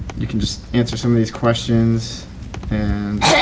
you can just answser some of these questions and